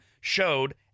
showed